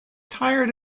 tired